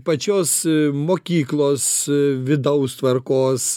pačios mokyklos vidaus tvarkos